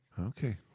Okay